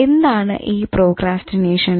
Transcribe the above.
എന്താണ് ഈ പ്രോക്രാസ്റ്റിനേഷൻ